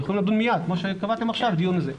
יכולים לדון מייד כמו שקבעתם עכשיו דיון לזה.